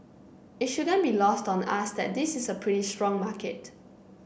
it shouldn't be lost on us that this is a pretty strong market